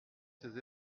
ces